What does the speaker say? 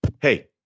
hey